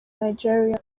nigeria